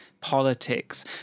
politics